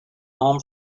home